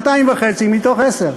שנתיים וחצי מתוך עשר.